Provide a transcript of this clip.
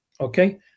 Okay